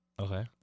Okay